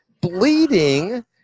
Bleeding